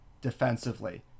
defensively